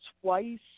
twice